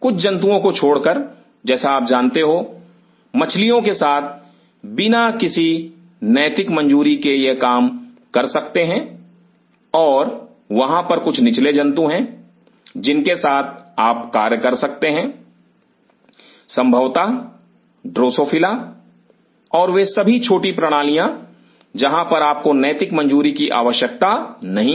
कुछ जंतुओं को छोड़कर जैसा आप जानते हो मछलियों के साथ बिना किसी नैतिक मंजूरी के यह काम कर सकते हैं और वहां पर कुछ निचले जंतु हैं जिनके साथ आप कार्य कर सकते हैं संभवतः ड्रोसोफिला और वे सभी छोटी प्रणालियां जहां पर आपको नैतिक मंजूरी की आवश्यकता नहीं है